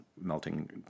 melting